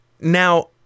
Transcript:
Now